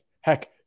Heck